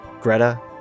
Greta